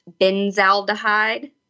benzaldehyde